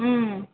ம்